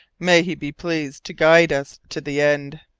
may he be pleased to guide us to the end.